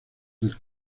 del